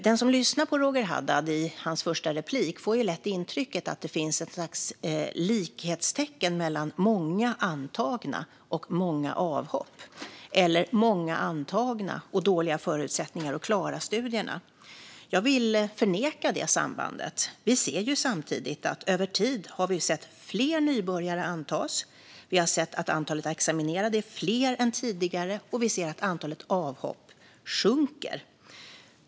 Den som lyssnar på Roger Haddads första anförande får lätt intrycket att det finns något slags likhetstecken mellan många antagna och många avhopp eller mellan många antagna och dåliga förutsättningar för att klara studierna. Jag vill förneka det sambandet. Vi ser ju samtidigt att det över tid antas fler nybörjare, att antalet examinerade är fler än tidigare och att antalet avhopp sjunker.